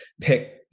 pick